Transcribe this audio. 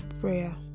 prayer